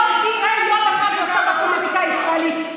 לא תהיה יום אחד נוסף בפוליטיקה הישראלית,